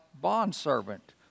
bondservant